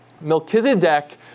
Melchizedek